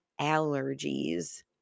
allergies